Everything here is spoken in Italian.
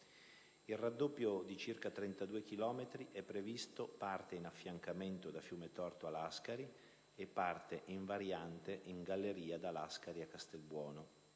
Il raddoppio di circa 32 chilometri è previsto parte in affiancamento da Fiumetorto a Lascari, e parte in variante in galleria da Lascari a Castelbuono